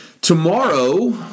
Tomorrow